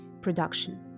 production